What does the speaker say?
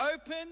open